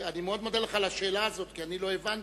אני מאוד מודה לך על השאלה הזאת, כי אני לא הבנתי.